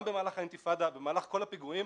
גם במהלך האינתיפאדה ובמהלך כל הפיגועים,